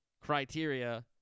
criteria